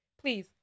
Please